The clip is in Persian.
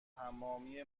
تمامی